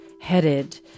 headed